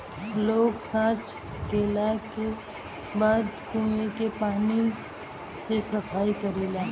लोग सॉच कैला के बाद कुओं के पानी से सफाई करेलन